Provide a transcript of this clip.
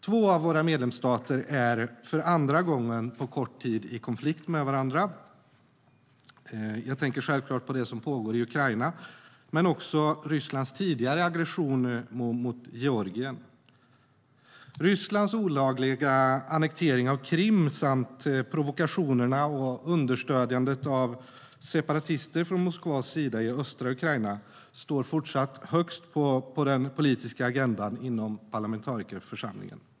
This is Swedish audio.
För andra gången på kort tid är två av våra medlemsstater i konflikt med varandra. Jag tänker självklart på det som pågår i Ukraina men också på Rysslands tidigare aggressioner mot Georgien. Rysslands olagliga annektering av Krim samt provokationerna och understödjandet av separatister i östra Ukraina från Moskvas sida står även i fortsättningen högst på den politiska agendan inom parlamentarikerförsamlingen.